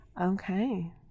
Okay